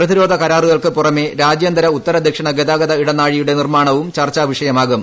പ്രതിരോധ കരാറുകൾക്ക് പുറമേ രാജ്യാന്തര ഉത്തര ദക്ഷിണ ഗതാഗത ഇടനാഴിയുടെ നിർമ്മാണവും ചർച്ചാ വിഷയമാകും